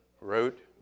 wrote